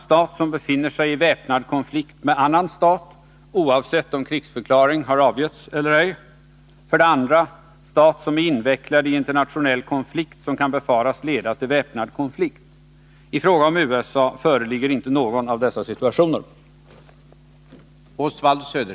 Stat som befinner sig i väpnad konflikt med annan stat, oavsett om krigsförklaring har avgetts eller ej. 2. Stat som är invecklad i internationell konflikt som kan befaras leda till väpnad konflikt. I fråga om USA föreligger inte någon av dessa situationer.